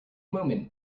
moment